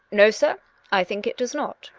no, sir i think it does not.